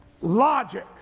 logic